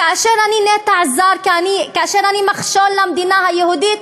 כאשר אני נטע זר, כאשר אני מכשול למדינה היהודית,